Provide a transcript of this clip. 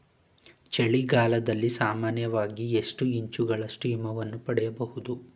ಚಳಿಗಾಲದಲ್ಲಿ ಸಾಮಾನ್ಯವಾಗಿ ಎಷ್ಟು ಇಂಚುಗಳಷ್ಟು ಹಿಮವನ್ನು ಪಡೆಯಬಹುದು?